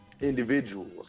Individuals